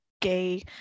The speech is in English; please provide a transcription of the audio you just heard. gay